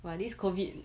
!wah! this COVID